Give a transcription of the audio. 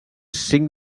cinc